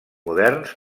moderns